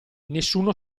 nessuno